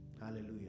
Hallelujah